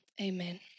amen